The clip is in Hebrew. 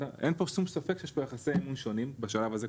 אין פה שום ספק שיש פה יחסי אמון ראשונים בשלב הזה,